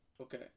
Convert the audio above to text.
Okay